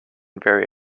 very